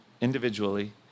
individually